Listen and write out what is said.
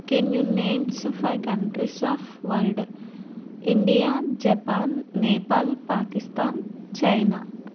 can you names five countries of world India Japan Nepal Pakistan China